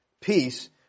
peace